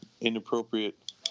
inappropriate